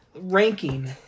ranking